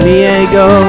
Diego